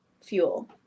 fuel